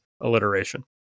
alliteration